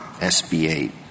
SBA